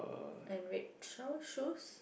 and red shawl shoes